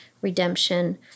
redemption